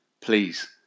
please